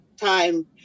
time